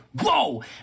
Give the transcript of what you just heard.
whoa